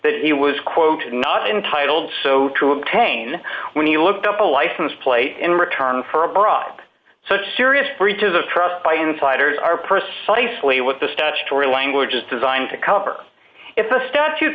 that he was quote not entitled to obtain when he looked up a license plate in return for abroad such serious breaches of trust by insiders are precisely what the statutory language is designed to cover if a st